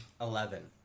Eleven